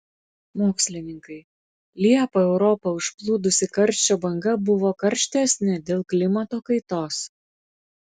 mokslininkai liepą europą užplūdusi karščio banga buvo karštesnė dėl klimato kaitos